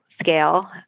scale